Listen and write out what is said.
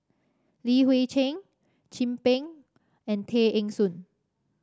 Li Hui Cheng Chin Peng and Tay Eng Soon